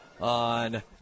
on